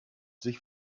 sich